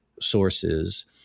sources